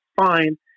fine